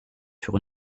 sur